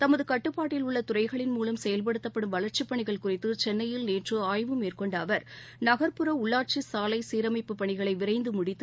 தமது கட்டுப்பாட்டில் உள்ள துறைகளின் மூலம் செயல்படுத்தப்படும் வளர்ச்சிப் பணிகள் குறித்து சென்ளையில் நேற்று ஆய்வு மேற்கொண்ட அவர் நகர்ப்புற உள்ளாட்சி சாலை சீரமைப்புப் பணிகளை விரைந்து முடித்து